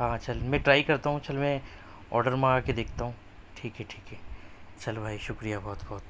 ہاں چل میں ٹرائی کرتا ہوں چل میں آرڈر مار کر دیکھتا ہوں ٹھیک ہے ٹھیک ہے چل بھائی شکریہ بہت بہت